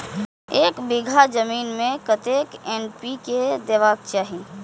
एक बिघा जमीन में कतेक एन.पी.के देबाक चाही?